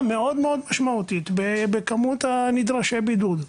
מאוד מאוד משמעותית בכמות נדרשי הבידוד.